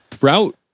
route